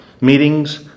Meetings